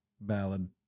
ballad